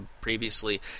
previously